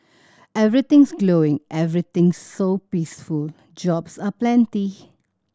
everything's glowing everything's so peaceful jobs are plenty